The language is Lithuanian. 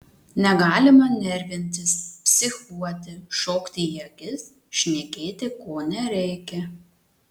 negalima nervintis psichuoti šokti į akis šnekėti ko nereikia